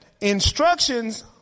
instructions